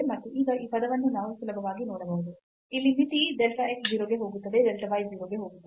ಮತ್ತು ಈಗ ಈ ಪದವನ್ನು ನಾವು ಸುಲಭವಾಗಿ ನೋಡಬಹುದು ಇಲ್ಲಿ ಮಿತಿ delta x 0 ಗೆ ಹೋಗುತ್ತದೆ delta y 0 ಗೆ ಹೋಗುತ್ತದೆ